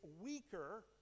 weaker